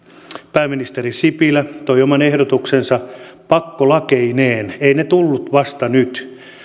pääministeri sipilä toi oman ehdotuksensa pakkolakeineen eivät ne tulleet vasta nyt